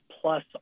plus